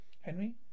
Henry